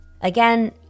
Again